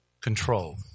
control